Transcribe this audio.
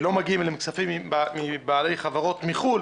לא מגיעים להם כספים מבעלי חברות מחו"ל,